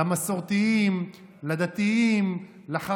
למסורתיים, לדתיים, לחרד"לים,